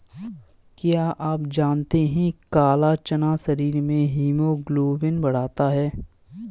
क्या आप जानते है काला चना शरीर में हीमोग्लोबिन बढ़ाता है?